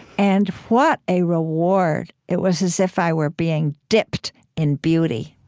and what a reward. it was as if i were being dipped in beauty